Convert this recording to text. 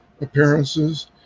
appearances